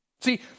See